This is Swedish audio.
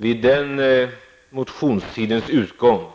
Vid motionstidens utgång